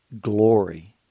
glory